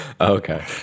Okay